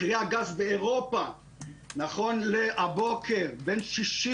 מחירי הגז באירופה נכון להבוקר בין 65